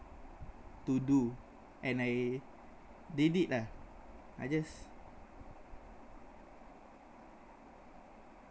to do and I did it lah I just